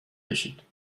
بشید